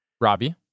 Robbie